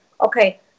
okay